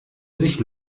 sich